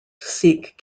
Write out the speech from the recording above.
seek